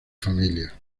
familia